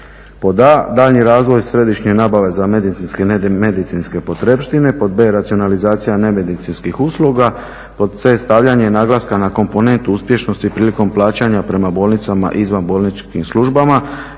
medicinske i nemedicinske i nemedicinske potrepštine, pod b) racionalizacija nemedicinskih usluga, pod c) stavljanje naglaska na komponentu uspješnosti prilikom plaćanja prema bolnicama i izvanbolničkim službama